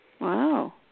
Wow